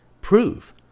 prove